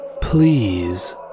please